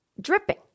dripping